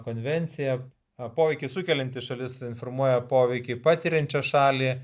konvencija o poveikį sukelianti šalis informuoja poveikį patiriančiai šaliai